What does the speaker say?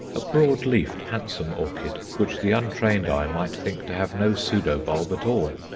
a broad-leaved, handsome orchid, which the untrained eye might think to have no pseudo-bulb at all.